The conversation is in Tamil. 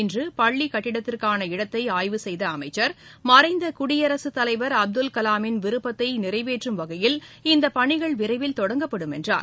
இன்று பள்ளி கட்டிடத்திற்கான இடத்தை ஆய்வு செய்த அமைச்சர் மறைந்த குடியரசுத் தலைவர் அப்துல் கவாமின் விருப்பத்தை நிறைவேற்றும் வகையில் இந்த பணிகள் விரைவில் தொடங்கப்படும் என்றார்